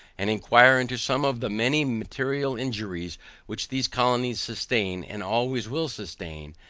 and inquire into some of the many material injuries which these colonies sustain, and always will sustain,